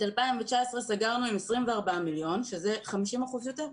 את 2019 סגרנו עם 24 מיליון, שזה 50% יותר,